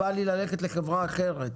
בא לי ללכת לחברה אחרת.